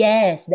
Yes